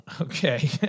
Okay